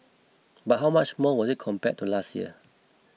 but how much more was it compared to last year